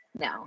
No